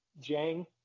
Jang